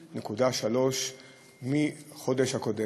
ב-1.3% לעומת החודש הקודם,